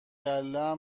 گله